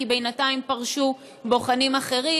כי בינתיים פרשו בוחנים אחרים,